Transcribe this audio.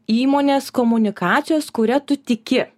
įmonės komunikacijos kuria tu tiki